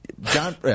John